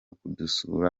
kudusura